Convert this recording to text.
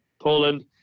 Poland